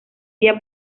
día